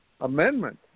amendment